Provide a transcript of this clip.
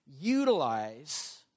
utilize